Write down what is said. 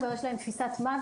כבר יש להם תפיסת מוות,